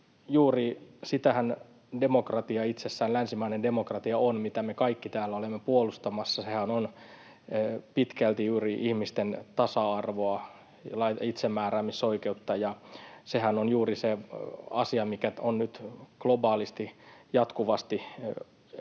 juuri sitähän se länsimainen demokratia itsessään on, mitä me kaikki täällä olemme puolustamassa. Sehän on pitkälti juuri ihmisten tasa-arvoa, itsemääräämisoikeutta, ja sehän on juuri se asia, mikä on nyt globaalisti jatkuvasti kasvavissa